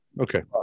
Okay